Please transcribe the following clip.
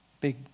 big